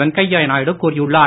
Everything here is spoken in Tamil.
வெங்கையாநாயுடு கூறியுள்ளார்